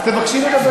אז תבקשי לדבר.